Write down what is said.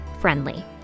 friendly